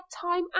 time